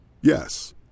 Yes